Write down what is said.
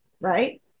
right